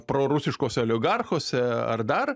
prorusiškose oligarchuose ar dar